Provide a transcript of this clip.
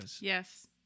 yes